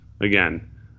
again